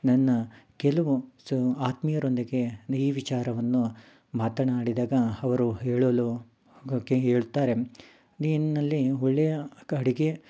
ನನ್ನ ಕೆಲವು ಸೊ ಆತ್ಮೀಯರೊಂದಿಗೆ ಈ ವಿಚಾರವನ್ನು ಮಾತನಾಡಿದಾಗ ಅವರು ಹೇಳಲು ಹೇಳುತ್ತಾರೆ ನಿನ್ನಲ್ಲಿ ಒಳ್ಳೆಯ ಅಡುಗೆ